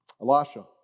Elisha